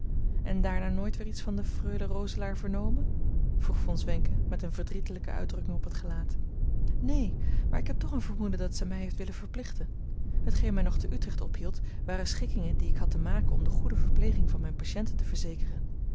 en daarna nooit weer iets van de freule roselaer vernomen vroeg von zwenken met eene verdrietelijke uitdrukking op het gelaat neen maar ik heb toch een vermoeden dat zij mij heeft willen verplichten hetgeen mij nog te utrecht ophield waren schikkingen die ik had te maken om de goede verpleging van mijne patiënte te verzekeren